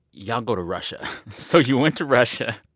y'all go to russia. so you went to russia,